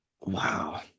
wow